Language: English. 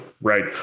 right